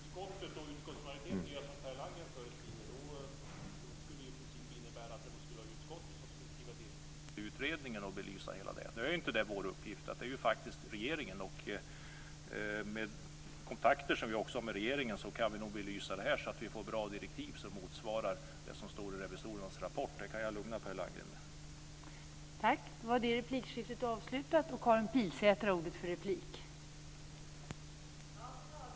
Fru talman! Skulle utskottet och utskottsmajoriteten göra som Per Landgren föreskriver skulle det i princip innebära att utskottet skulle skriva direktiv till utredningen för att belysa frågan. Nu är det inte vår uppgift. Det är faktiskt regeringen som skall göra det. Med de kontakter som vi har med regeringen kan vi nog belysa frågan så att vi får bra direktiv som motsvarar vad som står i revisorernas rapport. Det kan jag lugna Per Landgren med.